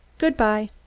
good-by!